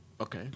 Okay